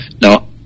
Now